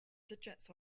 digits